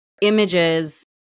images